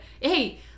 Hey